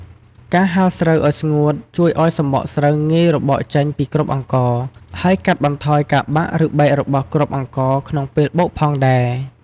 ការហាលស្រូវឲ្យស្ងួតជួយឱ្យសម្បកស្រូវងាយរបកចេញពីគ្រាប់អង្ករ ហើយកាត់បន្ថយការបាក់ ឬបែករបស់គ្រាប់អង្ករក្នុងពេលបុកផងដែរ។